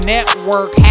Network